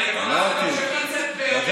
העיתון הזה ממשיך לצאת, אמרתי.